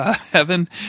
heaven